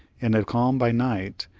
in a calm by night,